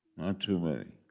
not too many.